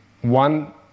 one